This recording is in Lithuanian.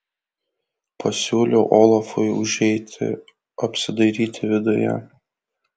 pasiūliau olafui užeiti apsidairyti viduje